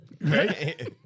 Right